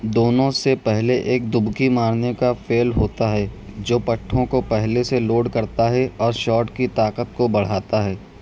دونوں سے پہلے ایک دبکی مارنے کا فعل ہوتا ہے جو پٹھوں کو پہلے سے لوڈ کرتا ہے اور شاٹ کی طاقت کو بڑھاتا ہے